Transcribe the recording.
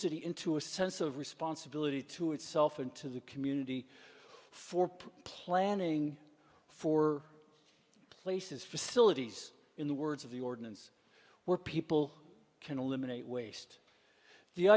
city into a sense of responsibility to itself and to the community for planning for places facilities in the words of the ordinance where people can eliminate waste the